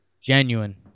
Genuine